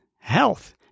health